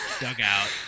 dugout